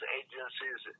agencies